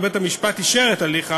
ובית-המשפט אישר את הליך ההריסה,